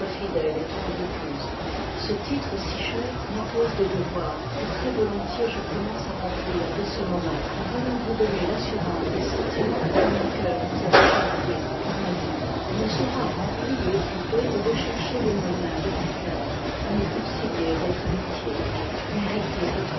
fidèle et tendre épouse ce titre si cher m'impose des devoirs que très-volontiers je commence à remplir dès ce moment en venant vous donner l'assurance des sentimens que mon cœur vous a déjà voués pour la vie elle ne j sera remplie et occupée que de chercher les moyens de vous plaire à me conciliv lier votre amitié mériter votre